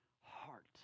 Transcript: heart